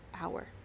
hour